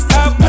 up